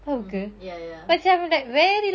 mmhmm ya ya